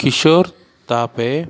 Kishore తాపే